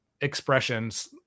expressions